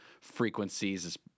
frequencies